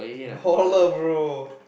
baller bro